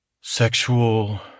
Sexual